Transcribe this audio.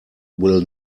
will